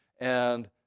and